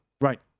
Right